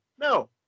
No